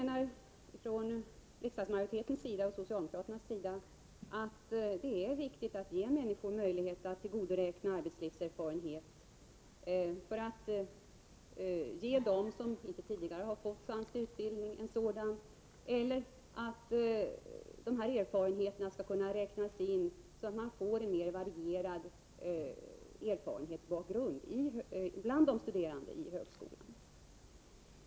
Riksdagsmajoriteten och socialdemokraterna menar att det är viktigt att ge människor möjlighet att tillgodoräkna sig arbetslivserfarenhet. På så sätt kan de få utbildning som tidigare inte har fått någon chans till sådan. De här arbetslivserfarenheterna skall kunna räknas in, så att man får en mer varierad erfarenhetsbakgrund bland högskolestuderande.